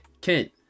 Kent